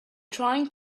trying